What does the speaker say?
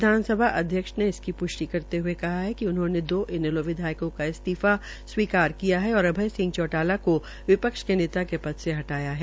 विधानसभा अध्यक्ष ने इसी प्ष्टि करते हये कहा कि उन्होंने दो इनेलों विधायकों का इस्तीफा स्वीकार किया है और अभय सिंह चौटाला को विपक्ष के पद से हटाया है